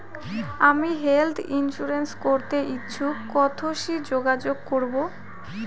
আমি health insurance করতে ইচ্ছুক কথসি যোগাযোগ করবো?